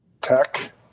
tech